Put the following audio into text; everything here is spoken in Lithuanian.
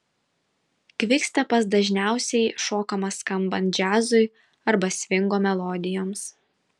kvikstepas dažniausiai šokamas skambant džiazui arba svingo melodijoms